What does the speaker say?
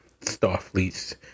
Starfleet's